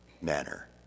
manner